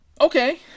Okay